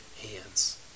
hands